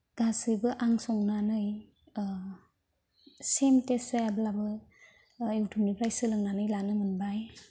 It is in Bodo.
गासैबो आं संनानै सेम टेस्ट जायाब्लाबो इउटुबनिफ्राय सोलोंनानै लानो मोनबाय